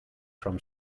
from